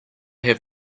have